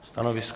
Stanovisko?